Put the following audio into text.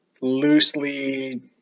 loosely